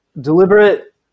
deliberate